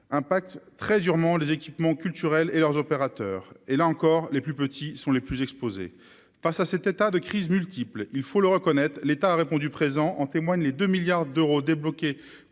impact très durement les équipements culturels et leurs opérateurs et là encore, les plus petits sont les plus exposés, face à cet état de crise multiple, il faut le reconnaître, l'État a répondu présent, en témoignent les 2 milliards d'euros débloqués